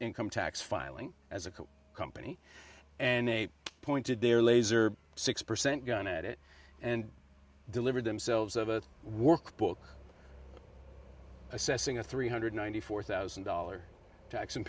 income tax filing as a company and they pointed their laser six percent gun at it and delivered themselves of a workbook assessing a three hundred ninety four thousand dollar